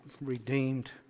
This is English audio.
redeemed